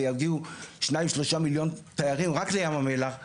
ויגעו שניים שלושה מיליון תיירים רק לים המלח בשנה,